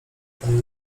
ten